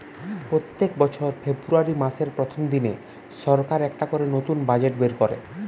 পোত্তেক বছর ফেব্রুয়ারী মাসের প্রথম দিনে সরকার একটা করে নতুন বাজেট বের কোরে